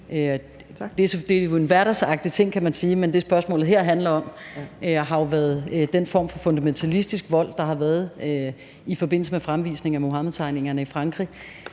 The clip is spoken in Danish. Det er jo en hverdagsagtig ting, kan man sige. Men det, spørgsmålet her har handlet om, har været den form for fundamentalistisk vold, der har været i forbindelse med fremvisning af Muhammedtegningerne i Frankrig,